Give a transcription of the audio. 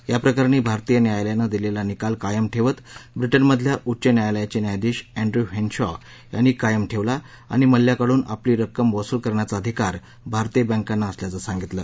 या प्रकरणी भारतीय न्यायालयानं दिलेला निकाल कायम ठेवत ब्रिटनमधल्या उच्च न्यायालयाचे न्यायाधीश अँड्रयू हेनशॉ यांनी कायम ठेवला आणि मल्ल्याकडून आपली रक्कम वसूल करण्याचा अधिकार भारतीय बँकांना असल्याचं सांगितलं